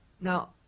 now